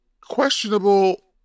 questionable